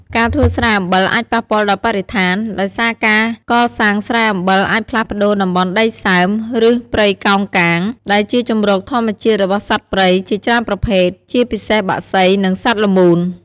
ការធ្វើស្រែអំបិលអាចប៉ះពាល់ដល់បរិស្ថាន ដោយសារការកសាងស្រែអំបិលអាចផ្លាស់ប្តូរតំបន់ដីសើម ឬព្រៃកោងកាង ដែលជាជម្រកធម្មជាតិរបស់សត្វព្រៃជាច្រើនប្រភេទ ជាពិសេសបក្សី និងសត្វល្មូន។